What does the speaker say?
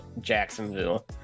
Jacksonville